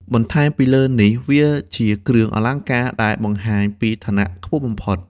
បន្ថែមពីលើនេះវាជាគ្រឿងអលង្ការដែលបង្ហាញពីឋានៈខ្ពស់បំផុត។